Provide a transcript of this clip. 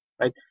right